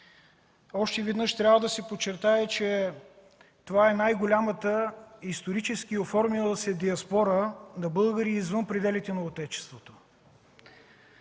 Още веднъж трябва да се подчертае, че това е най-голямата исторически оформила се диаспора на българи извън пределите на Отечеството.